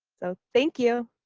so thank you.